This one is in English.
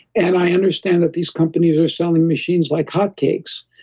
and i understand that these companies are selling machines like hotcakes,